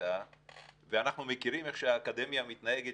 ואנחנו מכירים איך שהאקדמיה מתנהגת,